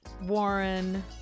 Warren